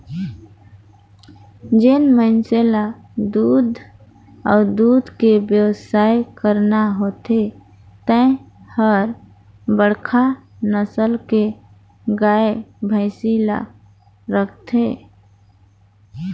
जेन मइनसे ल दूद अउ दूद के बेवसाय करना होथे ते हर बड़खा नसल के गाय, भइसी ल राखथे